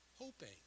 hoping